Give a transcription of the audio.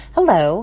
Hello